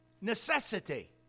necessity